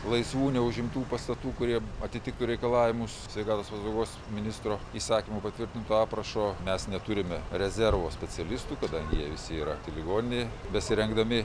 laisvų neužimtų pastatų kurie atitiktų reikalavimus sveikatos apsaugos ministro įsakymu patvirtintu aprašu mes neturime rezervo specialistų kadangi jie visi yra ligoninėj besirengdami